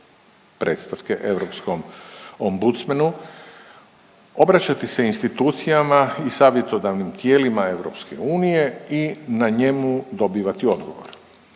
predstavke Europskom ombudsmanu, obraćati se institucijama i savjetodavnim tijelima EU i na njemu dobivati odgovor.